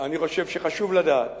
אני חושב שחשוב לדעת